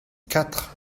quatre